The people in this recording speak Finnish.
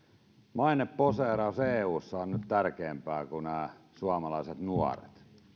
maineposeeraus eussa on nyt tärkeämpää kuin suomalaiset nuoret